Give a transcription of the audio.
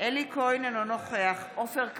אלי כהן, אינו נוכח עופר כסיף,